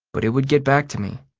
but it would get back to me.